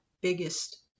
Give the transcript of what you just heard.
biggest